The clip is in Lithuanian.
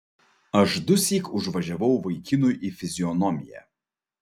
aš dusyk užvažiavau vaikinui į fizionomiją